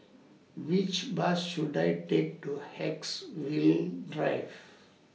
Which Bus should I Take to Haigsville Drive